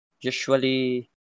usually